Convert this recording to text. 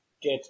get